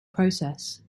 process